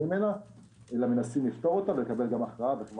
ממנה אלא מנסים לפתור אותה ולקבל הכרעה.